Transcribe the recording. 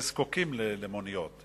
שבהם זקוקים למוניות,